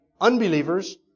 unbelievers